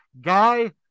Guy